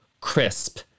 crisp